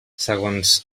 segons